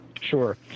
Sure